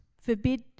forbid